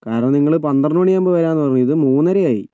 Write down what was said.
കാരണം നിങ്ങള് പന്ത്രണ്ട് മണിയാകുമ്പോൾ വാരാന്ന് പറഞ്ഞത് ഇത് മൂന്നരയായി